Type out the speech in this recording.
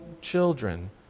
children